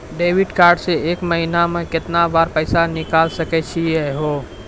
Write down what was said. Debit card से एक महीना मा केतना बार पैसा निकल सकै छि हो?